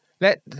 Let